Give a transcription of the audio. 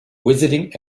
visiting